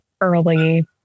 early